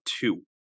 two